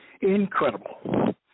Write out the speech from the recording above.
Incredible